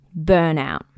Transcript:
burnout